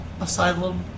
Asylum